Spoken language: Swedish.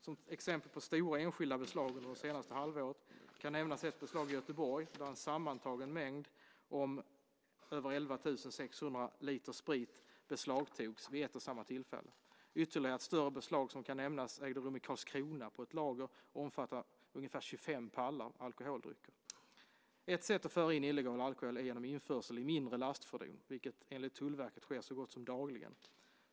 Som exempel på stora enskilda beslag under det senaste halvåret kan nämnas ett beslag i Göteborg där en sammantagen mängd om 11 689 liter sprit beslagtogs vid ett och samma tillfälle. Ytterligare ett större beslag som kan nämnas ägde rum i Karlskoga på ett lager och omfattar ca 25 pallar med alkoholdrycker. Ett sätt att föra in illegal alkohol är genom införsel i mindre lastfordon, vilket enligt Tullverket sker så gott som dagligen.